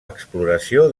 exploració